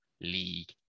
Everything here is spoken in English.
league